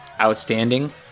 outstanding